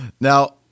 Now